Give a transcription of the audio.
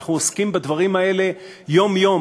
אנחנו עוסקים בדברים האלה יום-יום,